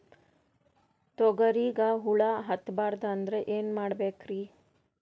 ತೊಗರಿಗ ಹುಳ ಹತ್ತಬಾರದು ಅಂದ್ರ ಏನ್ ಮಾಡಬೇಕ್ರಿ?